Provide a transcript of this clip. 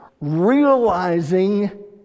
realizing